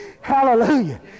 Hallelujah